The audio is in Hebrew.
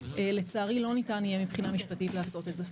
לצערי לא ניתן יהיה מבחינה משפטית לעשות את זה.